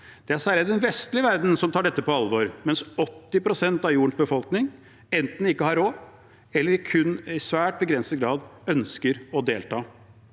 Det er særlig den vestlige verden som tar dette på alvor, mens 80 pst. av jordens befolkning enten ikke har råd til eller kun i svært begrenset grad ønsker å delta.